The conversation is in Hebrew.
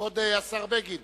כבוד השר בגין.